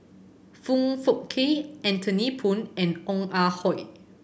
Foong Fook Kay Anthony Poon and Ong Ah Hoi